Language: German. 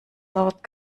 laut